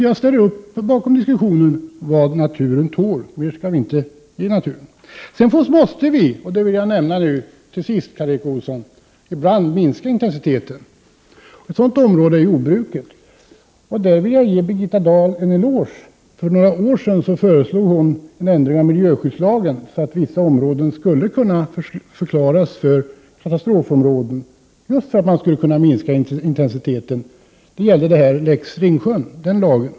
Jag ställer upp på diskussionen om vad naturen tål — mer skall vi inte ge den. Sedan måste vi — det vill jag till sist nämna, Karl Erik Olsson — ibland minska intensiteten. Ett sådant område är jordbruket. Där vill jag ge Birgitta Dahl en eloge. För några år sedan föreslog hon en ändring av miljöskyddslagen för att vissa områden skulle kunna förklaras för katastrofområden, just för att man skulle kunna minska intensiteten. Jag talar om lex Ringsjön.